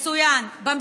מצוין.